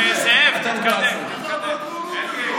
גם כשבאים לתמוך, אתם כועסים.